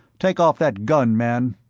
take off that gun, man!